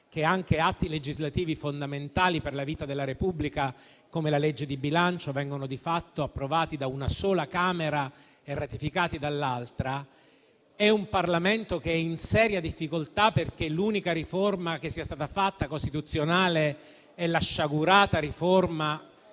che anche atti legislativi fondamentali per la vita della Repubblica, come la legge di bilancio, vengano di fatto approvati da una sola Camera e ratificati dall'altra. È un Parlamento che è in seria difficoltà, perché l'unica riforma costituzionale che sia stata fatta è la sciagurata riforma